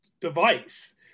device